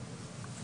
(היו"ר זאב בנימין בגין, 10:03)